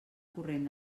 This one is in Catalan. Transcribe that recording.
corrent